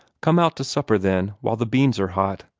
come out to supper, then, while the beans are hot,